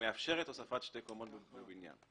מאפשר הוספת שתי קומות בבניין.